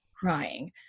crying